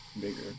bigger